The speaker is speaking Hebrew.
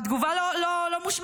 והתגובה לא מושמעת.